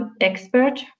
expert